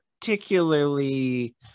particularly